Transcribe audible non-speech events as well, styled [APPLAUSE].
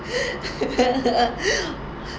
[LAUGHS]